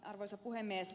arvoisa puhemies